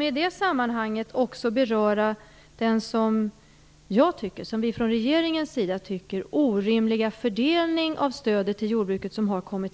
I det sammanhanget vill jag också beröra den - som vi från regeringen tycker - orimliga fördelning av stödet till jordbruket som har kommit